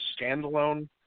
standalone